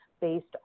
based